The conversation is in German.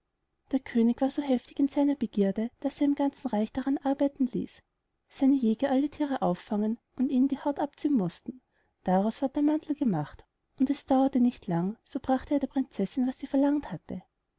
der könig war so heftig in seiner begierde daß er im ganzen reich daran arbeiten ließ seine jäger alle thiere auffangen und ihnen die haut abziehen mußten daraus ward der mantel gemacht und es dauerte nicht lang so brachte er der prinzessin was sie verlangt hatte